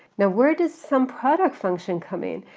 now where does sumproduct function come in?